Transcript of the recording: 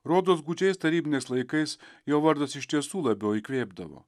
rodos gūdžiais tarybiniais laikais jo vardas iš tiesų labiau įkvėpdavo